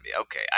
Okay